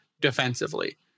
defensively